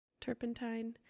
turpentine